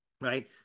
right